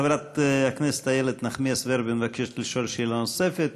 חברת הכנסת איילת נחמיאס ורבין מבקשת לשאול שאלה נוספת.